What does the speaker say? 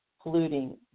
polluting